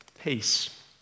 peace